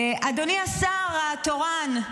אדוני השר התורן,